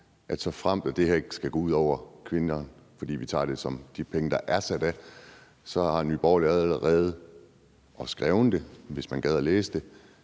nemlig at det her ikke skal gå ud over kvinder, fordi vi bruger de penge, der er sat af. Nye Borgerlige har allerede skrevet det, hvis man gad at læse det,